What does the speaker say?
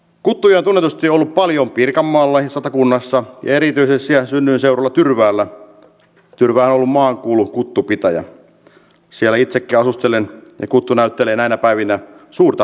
kutu ja tunnetusti ole paljon pirkanmaalla ja satakunnassa erityisiä synnyinseudulla tyrväällä jyvän omaa koulukuttupitäjä sijainti sekä asustelen kuttu näyttelee näinä päivinä suurta